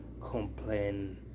complain